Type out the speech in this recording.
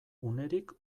unerik